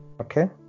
Okay